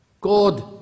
God